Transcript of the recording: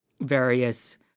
various